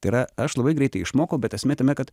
tai yra aš labai greitai išmokau bet esmė tame kad